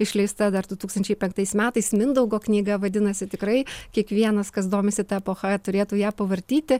išleista dar du tūkstančiai penktais metais mindaugo knyga vadinasi tikrai kiekvienas kas domisi ta epocha turėtų ją pavartyti